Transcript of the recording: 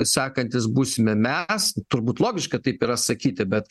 sakantys būsime mes turbūt logiška taip yra sakyti bet